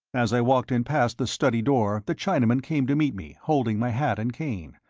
as i walked in past the study door the chinaman came to meet me, holding my hat and cane.